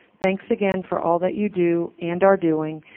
thanks again for all that you do and are doing.